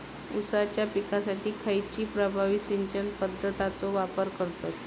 ऊसाच्या पिकासाठी खैयची प्रभावी सिंचन पद्धताचो वापर करतत?